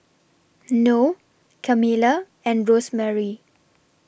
Noe Camilla and Rosemarie